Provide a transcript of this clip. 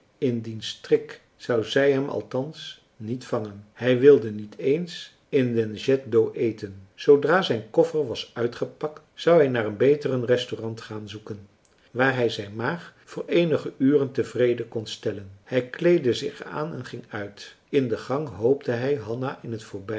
in dien strik zou zij hem althans niet vangen hij wilde niet eens in den jet d'eau eten zoodra zijn koffer was uitgepakt zou hij naar een beteren restaurant gaan zoeken waar hij zijn maag voor eenige uren tevreden kon stellen hij kleedde zich aan en ging uit in den gang hoopte hij hanna in t